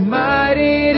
mighty